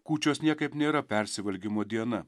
kūčios niekaip nėra persivalgymo diena